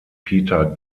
peter